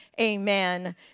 amen